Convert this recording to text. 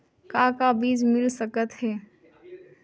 का का बीज मिल सकत हे?